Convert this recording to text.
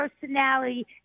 personality